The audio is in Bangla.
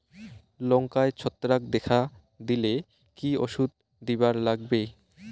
লঙ্কায় ছত্রাক দেখা দিলে কি ওষুধ দিবার লাগবে?